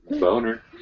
Boner